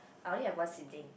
I only have one sibling